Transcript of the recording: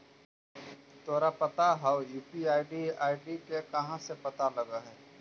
तोरा पता हउ, यू.पी.आई आई.डी के कहाँ से पता लगऽ हइ?